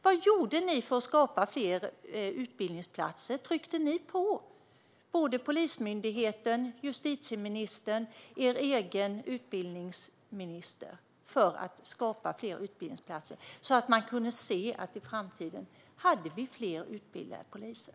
Vad gjorde ni för att skapa fler utbildningsplatser? Tryckte ni på Polismyndigheten, justitieministern och er egen utbildningsminister för att skapa fler utbildningsplatser, så att vi i framtiden skulle ha fler utbildade poliser?